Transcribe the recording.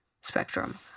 spectrum